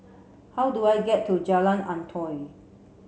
how do I get to Jalan Antoi